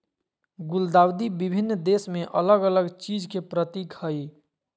गुलदाउदी विभिन्न देश में अलग अलग चीज के प्रतीक हइ